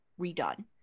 redone